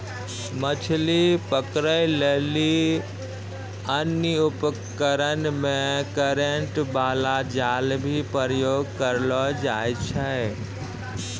मछली पकड़ै लेली अन्य उपकरण मे करेन्ट बाला जाल भी प्रयोग करलो जाय छै